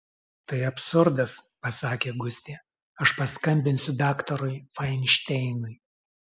tai absurdas pasakė gustė aš paskambinsiu daktarui fainšteinui